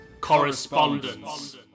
correspondence